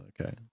Okay